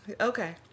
Okay